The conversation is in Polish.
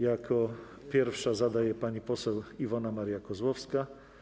Jako pierwsza zada je pani poseł Iwona Maria Kozłowska.